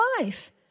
life